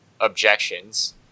objections